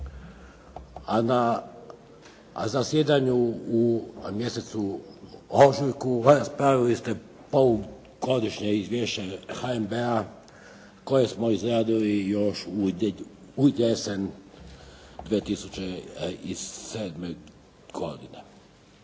Na zasjedanju u mjesecu ožujku raspravili ste ovo Godišnje izvješće HNB-a koje smo izradili još u jesen 2007. godine,